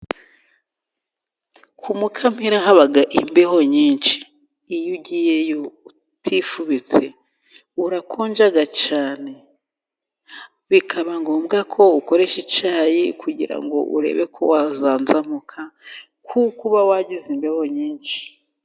Ku Mukamira, haba imbeho nyinshi. Iyo ugiyeyo, utifubitse, urakonja cyane. Bikaba ngombwa ko ukoresha icyayi, kugira ngo urebe ko wazanzamuka, kuko uba wagize imbeho nyinshi.